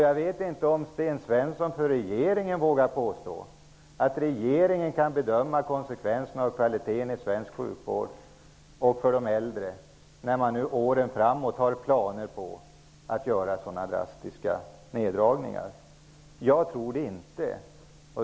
Jag vet inte om Sten Svensson vågar påstå att regeringen kan bedöma konsekvenserna beträffande kvaliteten i svensk sjukvård, bl.a. för de äldre, när det nu finns planer på att göra sådana drastiska neddragningar under åren framöver. Jag tror inte det.